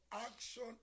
Action